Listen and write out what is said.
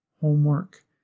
homework